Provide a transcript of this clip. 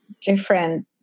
different